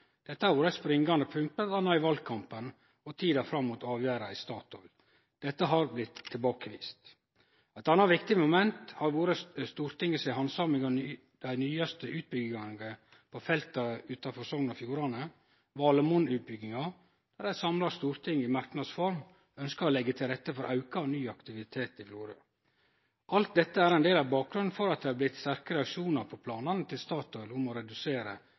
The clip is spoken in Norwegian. Dette har vore eit springande punkt bl.a. i valkampen og i tida fram mot avgjerda i Statoil. Dette har blitt tilbakevist. Eit anna viktig moment har vore Stortingets handsaming av den nyaste utbygginga på felta utanfor Sogn og Fjordane, Valemon-utbygginga, der eit samla storting i ein merknad ønskte å leggje til rette for auka og ny aktivitet i Florø. Alt dette er ein del av bakgrunnen for at det har blitt sterke reaksjonar på planane til Statoil om å redusere